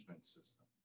system